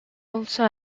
also